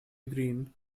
green